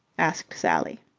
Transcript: asked sally.